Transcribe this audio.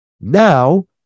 Now